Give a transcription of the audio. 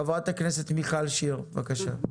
חברת הכנסת מיכל שיר בבקשה.